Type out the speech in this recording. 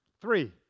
Three